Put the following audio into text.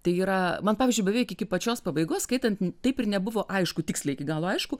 tai yra man pavyzdžiui beveik iki pačios pabaigos skaitant taip ir nebuvo aišku tiksliai iki galo aišku